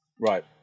Right